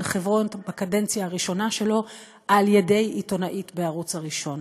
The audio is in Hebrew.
חברון בקדנציה הראשונה שלו על-ידי עיתונאית בערוץ הראשון.